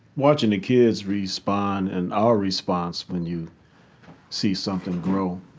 watching the kids respond and our response when you see something grow,